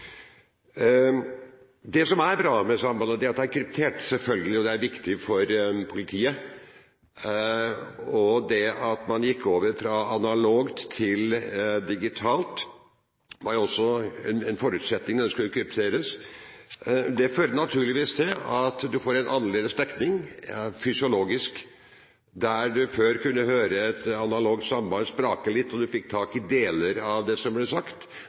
Det som er bra med sambandet, er at det er kryptert. Det er selvfølgelig viktig for politiet. Det at man gikk over fra analogt til digitalt var også en forutsetning for at det kunne krypteres. Det fører naturligvis til at man får en annerledes dekning fysiologisk. Før kunne man høre et analogt samband sprake litt, og man fikk tak i deler av det som ble sagt.